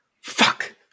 Fuck